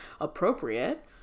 appropriate